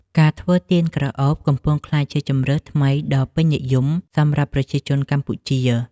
ការធ្វើទៀនក្រអូប កំពុងក្លាយជាជម្រើសថ្មីដ៏ពេញនិយមសម្រាប់ប្រជាជនកម្ពុជា។